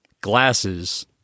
glasses